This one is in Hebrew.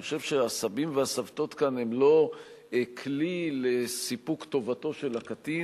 אני חושב שהסבים והסבתות הם לא כלי לסיפוק טובתו של הקטין.